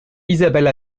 isabelle